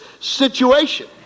situation